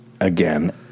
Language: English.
again